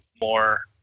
more